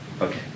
Okay